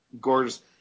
gorgeous